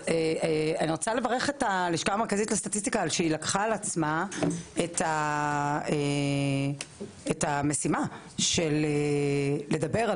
על כך שהלשכה לקחה על עצמה את המשימה של לדבר על